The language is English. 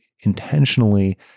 intentionally